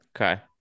Okay